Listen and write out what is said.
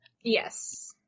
Yes